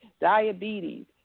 diabetes